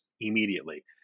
immediately